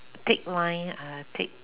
thick line uh thick